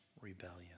rebellion